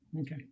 Okay